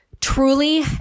Truly